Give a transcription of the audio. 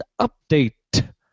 update